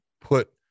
put